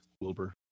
Wilbur